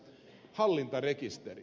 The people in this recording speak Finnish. hallintarekisteri